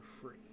free